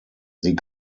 sie